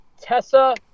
Tessa